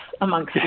amongst